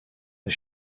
are